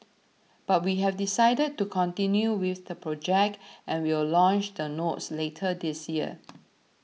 but we have decided to continue with the project and will launch the notes later this year